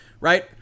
right